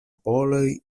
poloj